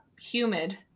humid